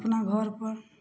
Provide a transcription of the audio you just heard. अपना घरपर